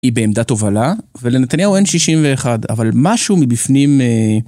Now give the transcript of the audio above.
היא בעמדת הובלה ולנתניהו אין 61 אבל משהו מבפנים.